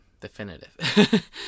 definitive